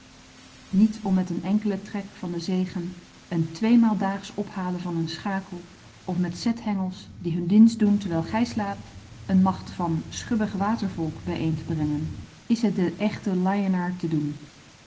niet om met een enkelen trek van de zegen een tweemaal daags ophalen van een schakel of met zethengels die hun dienst doen terwijl gij slaapt een macht van schubbig watervolk bijeen te brengen is het den echten laienaar te doen